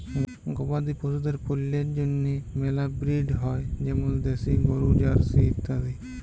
গবাদি পশুদের পল্যের জন্হে মেলা ব্রিড হ্য় যেমল দেশি গরু, জার্সি ইত্যাদি